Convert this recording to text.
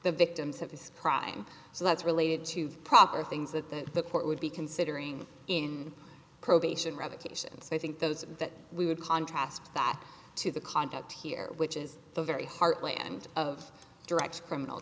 the victims of this crime so that's related to the proper things that the court would be considering in probation revocation and so i think those that we would contrast that to the conduct here which is very heartland of direct criminal